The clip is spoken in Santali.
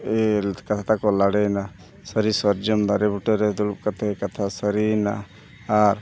ᱠᱟᱛᱷᱟ ᱛᱟᱠᱚ ᱞᱟᱰᱮᱭᱮᱱᱟ ᱥᱟᱹᱨᱤ ᱥᱟᱨᱡᱚᱢ ᱫᱟᱨᱮ ᱵᱩᱴᱟᱹ ᱨᱮ ᱫᱩᱲᱩᱵ ᱠᱟᱛᱮᱫ ᱠᱟᱛᱷᱟ ᱥᱟᱹᱨᱤᱭᱮᱱᱟ ᱟᱨ